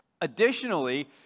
Additionally